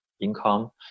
income